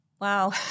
Wow